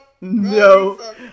No